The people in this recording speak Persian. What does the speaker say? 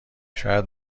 شاید